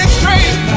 straight